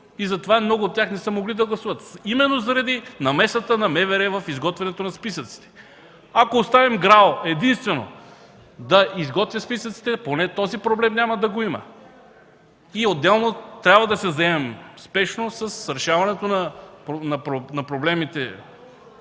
И затова много от тях не са могли да гласуват – именно заради намесата на МВР в изготвянето на списъците. Ако оставим единствено ГРАО да изготви списъците, поне този проблем няма да го има. И отделно трябва да се заемем спешно с решаването на проблемите